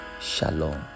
Shalom